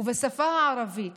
בשפה הערבית